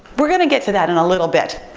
we're gonna get to that in a little bit.